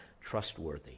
trustworthy